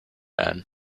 ann